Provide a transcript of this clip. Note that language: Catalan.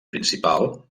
principal